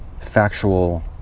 factual